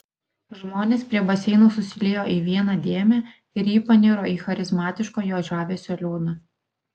žmonės prie baseino susiliejo į vieną dėmę ir ji paniro į charizmatiško jo žavesio liūną